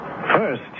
First